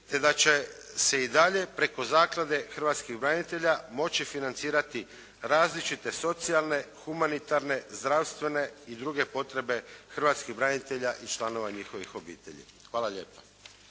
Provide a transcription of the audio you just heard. Te da će se i dalje preko Zaklade hrvatskih branitelja moći financirati različite socijalne, humanitarne, zdravstvene i druge potrebe hrvatskih branitelja i članova njihovih obitelji. Hvala lijepa.